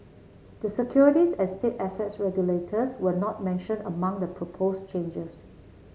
the securities and state assets regulators were not mentioned among the proposed changes